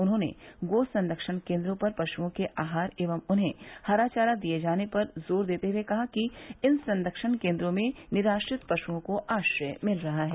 उन्होंने गो संरक्षण केन्द्रों पर पशुओ के आहार एवं उन्हें हरा चारा दिए जाने पर जोर देते हुए कहा कि इन संरक्षण केन्द्रों में निराश्रित पशुओं को आश्रय मिल रहा है